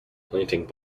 planting